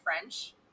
French